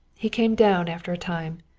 he came down after a time,